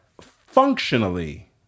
functionally